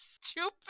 stupid